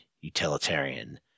utilitarian